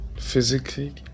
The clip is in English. physically